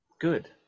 Good